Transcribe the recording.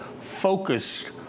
focused